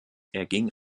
erging